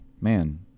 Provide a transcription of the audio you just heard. man